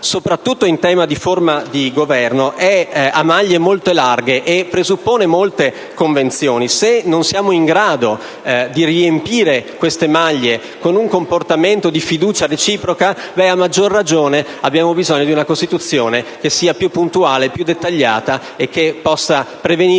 soprattutto in tema di forma di Governo, è a maglie molto larghe e presuppone molte convenzioni. Se non siamo in grado di riempire queste maglie con un comportamento di fiducia reciproca, a maggior ragione abbiamo bisogno di una Costituzione che sia più puntuale e più dettagliata e che possa prevenire